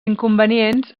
inconvenients